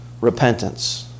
repentance